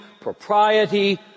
propriety